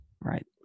right